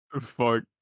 fuck